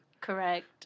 Correct